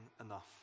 enough